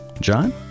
John